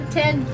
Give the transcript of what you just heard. ten